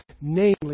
namely